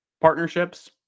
Partnerships